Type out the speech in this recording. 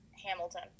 hamilton